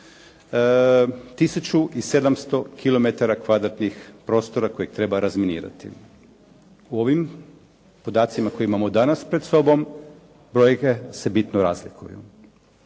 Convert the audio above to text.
prostora kojeg treba razminirati. U ovim podacima koje imamo danas pred sobom brojke se bitno razlikuju.